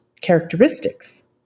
characteristics